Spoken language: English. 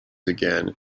again